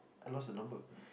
I lost the number